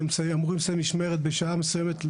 הם אמורים לסיים משמרת בשעה מסוימת,